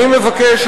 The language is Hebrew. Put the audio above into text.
אני מבקש,